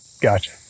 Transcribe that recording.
Gotcha